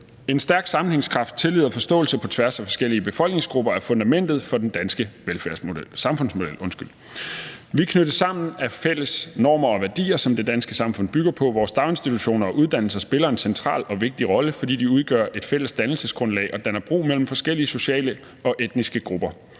»En stærk sammenhængskraft, tillid og forståelse på tværs af forskellige befolkningsgrupper er fundamentet for den danske samfundsmodel. Vi kender alle sammen de fælles normer og værdier, som det danske samfund bygger på. Vores daginstitutioner og uddannelser spiller en central og vigtig rolle, fordi de udgør et fælles dannelsesgrundlag og danner bro mellem forskellige sociale og etniske grupper.